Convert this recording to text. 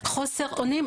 חוסר אונים,